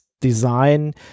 design